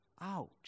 Ouch